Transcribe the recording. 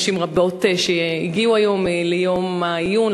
נשים רבות הגיעו היום ליום העיון,